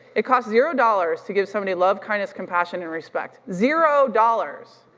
it costs zero dollars to give somebody love, kindness, compassion and respect. zero dollars,